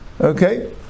okay